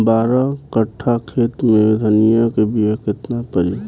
बारह कट्ठाखेत में धनिया के बीया केतना परी?